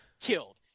killed